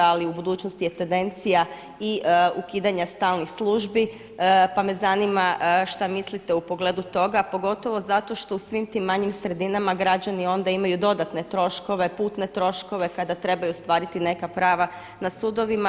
Ali u budućnosti je tendencija i ukidanja stalnih službi, pa me zanima šta mislite u pogledu toga pogotovo zato što u svim tim manjim sredinama građani onda imaju dodatne troškove, putne troškove kada trebaju ostvariti neka prava na sudovima.